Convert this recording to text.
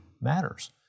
matters